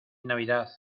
navidad